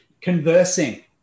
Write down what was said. Conversing